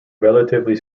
relatively